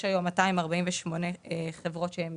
יש היום 248 חברות שהן